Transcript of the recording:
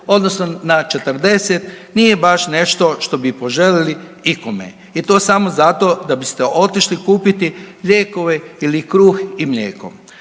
odnosno na 40 nije baš nešto što bi poželjeli ikome i to samo zato da biste otišli kupiti lijekove ili kruh i mlijeko.